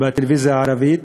בטלוויזיה הערבית,